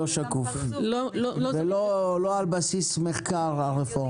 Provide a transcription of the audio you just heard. לא שקוף והרפורמה היא לא על בסיס מחקר.